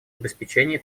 обеспечении